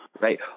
right